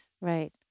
right